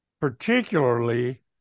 particularly